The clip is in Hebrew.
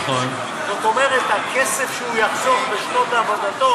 זאת אומרת, הכסף שהוא יחסוך בשנות עבודתו